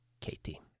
Katie